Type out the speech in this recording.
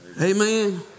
Amen